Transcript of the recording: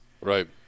Right